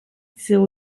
zéro